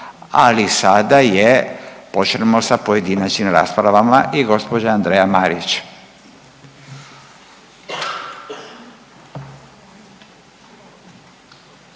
ali sada je počinjemo sa pojedinačnim raspravama i gospođa Andreja Marić.